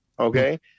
Okay